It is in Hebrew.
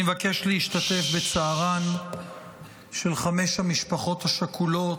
אני מבקש להשתתף בצערן של חמש המשפחות השכולות